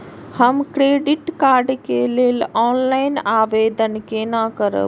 हम credit card के लेल ऑनलाइन आवेदन केना करब?